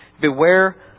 Beware